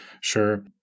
Sure